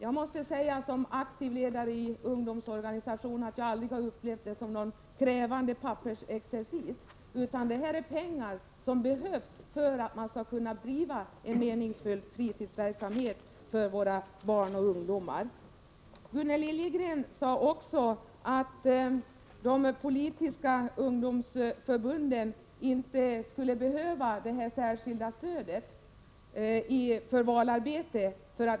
Jag måste som aktiv ledare i en ungdomsorganisation säga att jag aldrig har upplevt det arbetet som någon krävande pappersexercis. Det är fråga om pengar som behövs för att man skall kunna driva en meningsfull fritidsverksamhet för våra barn och ungdomar. Gunnel Liljegren sade också att de politiska ungdomsförbunden inte skulle behöva det särskilda stödet för valarbete.